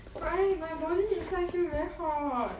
but I my body inside feel very hot